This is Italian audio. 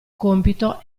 compito